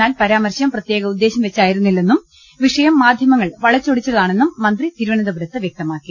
എന്നാൽ പരാമർശം പ്രത്യേക ഉദ്ദേശ്യം വെച്ചായി രുന്നില്ലെന്നും വിഷയം മാധ്യമങ്ങൾ വളച്ചൊടിച്ചതാണെന്നും മന്ത്രി തിരുവനന്തപുരത്ത് വ്യക്തമാക്കി